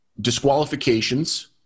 disqualifications